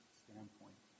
standpoint